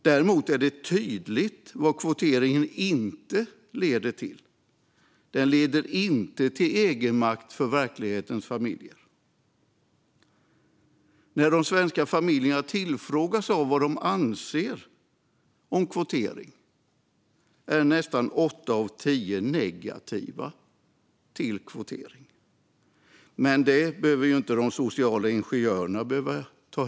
Däremot är det tydligt vad kvoteringen inte leder till. Den leder inte till egenmakt för verklighetens familjer. När svenska familjer tillfrågas om vad de anser om kvotering är nästan åtta av tio negativa. Men det behöver ju inte de sociala ingenjörerna ta hänsyn till.